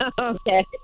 Okay